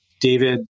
David